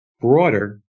Broader